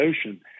Ocean